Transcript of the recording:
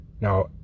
Now